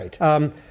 Right